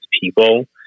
people